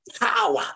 power